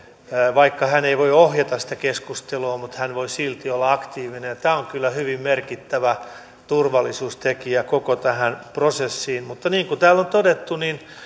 vaikka hän ei voi ohjata sitä keskustelua hän voi silti olla aktiivinen ja tämä on kyllä hyvin merkittävä turvallisuustekijä koko tähän prosessiin mutta niin kuin täällä on todettu